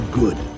good